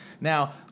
Now